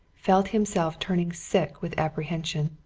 felt himself turning sick with apprehension.